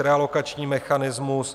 Realokační mechanismus.